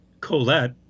Colette